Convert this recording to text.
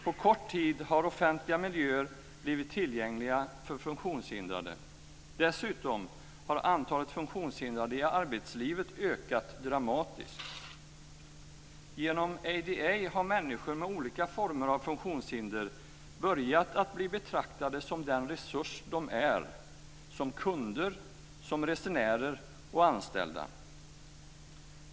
På kort tid har offentliga miljöer blivit tillgängliga för funktionshindrade. Dessutom har antalet funktionshindrade i arbetslivet ökat dramatiskt. Genom ADA har människor med olika former av funktionshinder börjat att bli betraktade som den resurs de är, som kunder, resenärer och anställda.